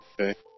Okay